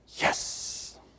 Yes